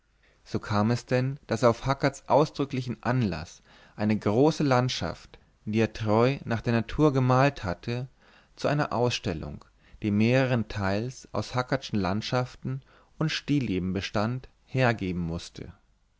so kam es denn daß er auf hackerts ausdrücklichen anlaß eine große landschaft die er treu nach der natur gemalt hatte zu einer ausstellung die mehrenteils aus hackertschen landschaften und stilleben bestand hergeben mußte